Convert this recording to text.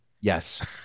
Yes